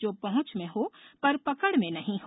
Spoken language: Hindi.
जो पहँच में हो पर पकड़ में नहीं हो